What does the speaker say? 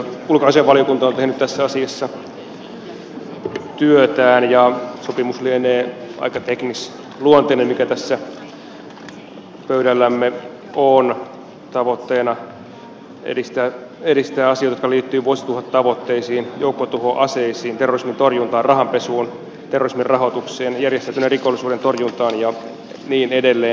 ulkoasiainvaliokunta on tehnyt tässä asiassa työtään ja sopimus joka tässä pöydällämme on lienee aika teknisluonteinen tavoitteena edistää asioita jotka liittyvät vuosituhattavoitteisiin joukkotuhoaseisiin terrorismin torjuntaan rahanpesuun terrorismin rahoitukseen järjestäytyneen rikollisuuden torjuntaan ja niin edelleen